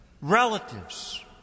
relatives